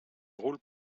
rôles